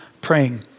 praying